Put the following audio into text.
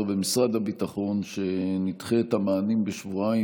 במשרד הביטחון שנדחה את המענים בשבועיים,